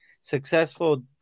successful